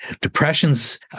Depression's